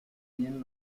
bien